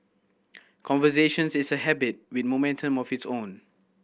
conversations is a habit with momentum of its own